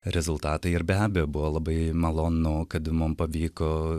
rezultatą ir be abejo buvo labai malonu kad mum pavyko